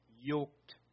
yoked